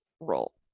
role